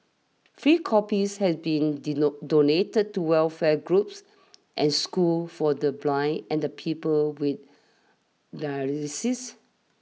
free copies have been donated to welfare groups and schools for the blind and people with dyslexia